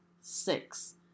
six